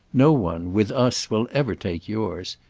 no one with us will ever take yours.